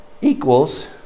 equals